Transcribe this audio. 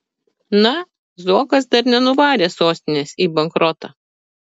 na zuokas dar nenuvarė sostinės į bankrotą